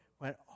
went